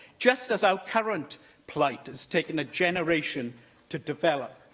just as our current plight has taken a generation to develop.